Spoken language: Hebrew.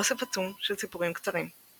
אוסף עצום של סיפורים קצרים.